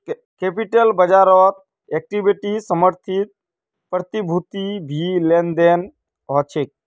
capital बाज़ारत equity समर्थित प्रतिभूतिर भी लेन देन ह छे